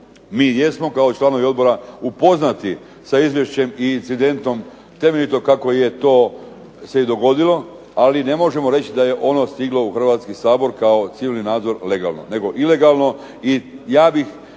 mi jesmo kao članovi Odbora upoznati sa Izvješćem i incidentom temeljito kako se to i dogodilo ali ne mogu reći da je ono stiglo u Hrvatski sabor kao civilni nadzor legalno, nego ilegalno i ja sam